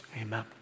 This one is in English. Amen